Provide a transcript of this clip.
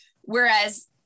Whereas